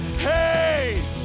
Hey